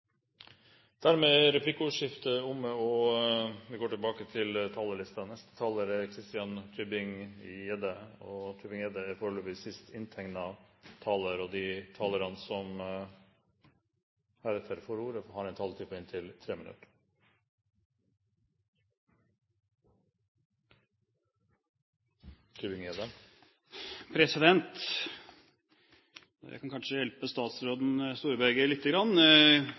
dermed omme. De talere som heretter får ordet, har en taletid på inntil 3 minutter. Jeg kan kanskje hjelpe statsråd Storberget lite grann